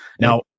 now